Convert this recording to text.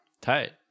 Tight